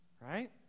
right